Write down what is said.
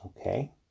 Okay